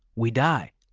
we die.